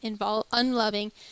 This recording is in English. unloving